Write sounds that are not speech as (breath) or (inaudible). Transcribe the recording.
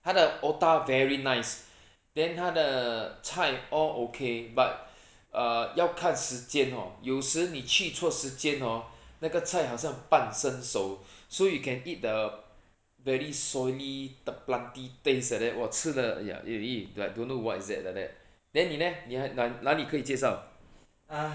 他的 otah very nice (breath) then 他的菜 all okay but (breath) err 要看时间 hor 有时你去错时间 hor 那一的菜很像半生熟 (breath) so you can eat the very soily planty taste like that 我吃了 !aiya! like don't know what is that like that then 你 leh 你哪里可以介绍